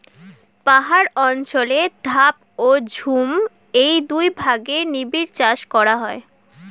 পাহাড় অঞ্চলে ধাপ ও ঝুম এই দুই ভাগে নিবিড় চাষ করা হয়